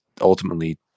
ultimately